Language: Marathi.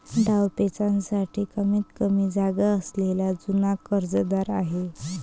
डावपेचांसाठी कमीतकमी जागा असलेला जुना कर्जदार आहे